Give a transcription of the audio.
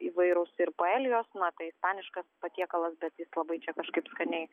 įvairūs ir paelijos na tai ispaniškas patiekalas bet jis labai čia kažkaip skaniai